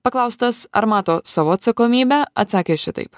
paklaustas ar mato savo atsakomybę atsakė šitaip